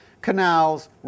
canals